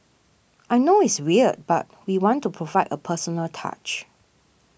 I know it's weird but we want to provide a personal touch